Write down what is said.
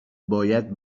باید